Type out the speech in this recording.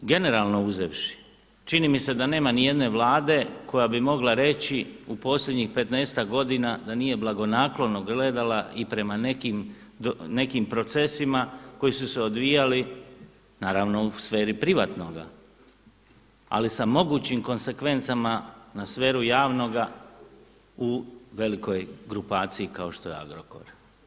Generalno uzevši, čini mi se da nema ni jedne vlade koja bi mogla reći u posljednjih 15-ak godina da nije blagonaklono gledala i prema nekim procesima koji su se odvijali naravno u sferi privatnoga ali sa mogućim konsekvencama na sferu javnoga u velikoj grupaciji kao što je Agrokor.